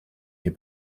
hier